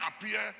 appear